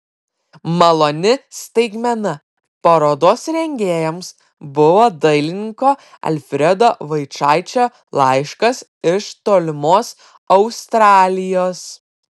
maloni staigmena parodos rengėjams buvo dailininko alfredo vaičaičio laiškas iš tolimos australijos